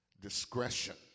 discretion